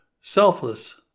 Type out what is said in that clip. selfless